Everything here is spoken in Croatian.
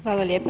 Hvala lijepa.